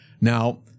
Now